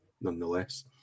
nonetheless